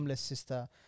sister